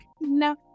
no